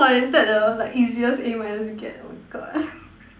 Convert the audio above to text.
!woah! is that the like easiest A minus you get oh my God